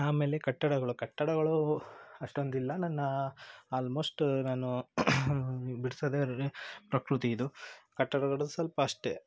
ಆಮೇಲೆ ಕಟ್ಟಡಗಳು ಕಟ್ಟಡಗಳು ಅಷ್ಟೊಂದಿಲ್ಲ ನನ್ನ ಆಲ್ಮೋಸ್ಟು ನಾನು ಬಿಡ್ಸೋದೇ ಪ್ರಕೃತಿದು ಕಟ್ಟಡಗಳು ಸ್ವಲ್ಪ ಅಷ್ಟೇ